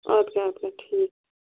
اَدٕ کیٛاہ اَدٕ کیٛاہ ٹھیٖک